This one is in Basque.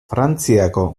frantziako